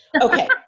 Okay